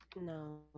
No